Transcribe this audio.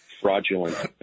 fraudulent